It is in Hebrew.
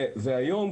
היום,